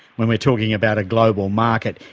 when we're talking about a global market,